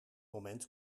moment